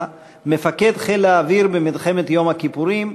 מפקד חיל האוויר במלחמת יום הכיפורים,